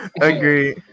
Agree